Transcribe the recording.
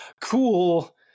Cool